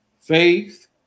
faith